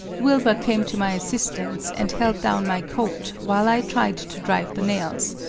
wilbur came to my assistance and held down my coat while i tried to drive the nails.